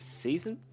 season